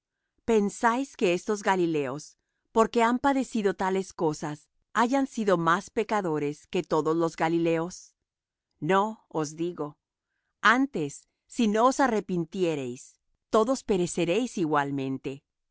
pensáis que estos galileos porque han padecido tales cosas hayan sido más pecadores que todos los galileos no os digo antes si no os arrepintiereis todos pereceréis igualmente